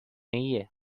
ایه